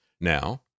now